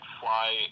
fly